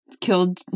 killed